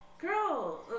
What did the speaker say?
girl